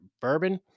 bourbon